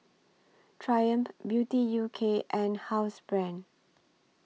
Triumph Beauty U K and Housebrand